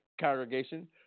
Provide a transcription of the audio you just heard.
congregation